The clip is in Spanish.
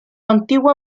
antigua